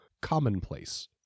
commonplace